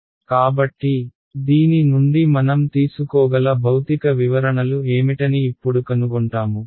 కాబట్టి దీని నుండి మనం తీసుకోగల భౌతిక వివరణలు ఏమిటని ఇప్పుడు కనుగొంటాము